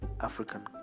African